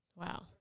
Wow